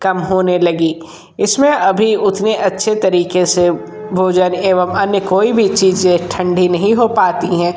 कम होने लगी इसमें अभी उतने अच्छे तरीके से भोजन एवं अन्य कोई भी चीज़ें ठंडी नहीं हो पाती हैं